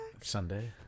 Sunday